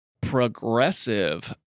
progressive